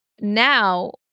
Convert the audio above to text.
now